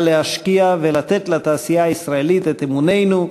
להשקיע ולתת לתעשייה הישראלית את אמוננו,